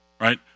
right